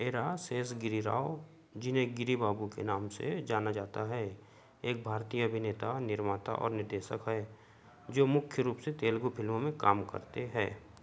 येरा शेषगिरी राव जिन्हें गिरि बाबू के नाम से जाना जाता है एक भारतीय अभिनेता निर्माता और निर्देशक हैं जो मुख्य रूप से तेलुगु फिल्मों में काम करते हैं